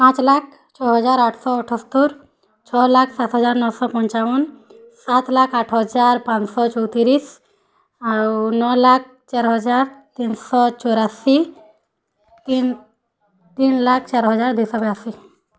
ପାଞ୍ଚ ଲକ୍ଷ ଛଅ ହଜାର ଆଠଶହ ଅଠସ୍ତରୀ ଛଅ ଲକ୍ଷ ସାତ ହଜାର ନଅଶହ ପଞ୍ଚାବନ ସାତ ଲକ୍ଷ ଆଠ ହଜାର ପାଞ୍ଚ ଶହ ଚଉତିରିଶ ଆଉ ନଅ ଲକ୍ଷ ଚାରି ହଜାର ତିନିଶହ ଚଉରାଅଶୀ ତିନି ଲକ୍ଷ ଚାରି ହଜାର ଦୁଇଶହ ବୟାଅଶୀ